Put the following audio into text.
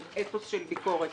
עם אתוס של ביקורת.